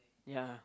ya